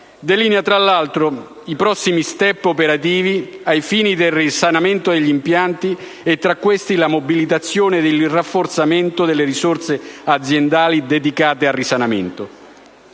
delinea tra l'altro i prossimi *step* operativi ai fini del risanamento degli impianti e, tra questi, la mobilitazione ed il rafforzamento delle risorse aziendali dedicate al risanamento: